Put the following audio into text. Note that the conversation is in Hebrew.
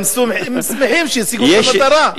הם שמחים שהשיגו את המטרה.